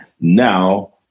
Now